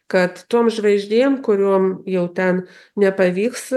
kad tom žvaigždėm kuriom jau ten nepavyks